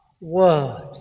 word